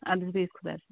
اَدٕ حظ بِہیُو خُدایَس